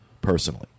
personally